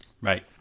Right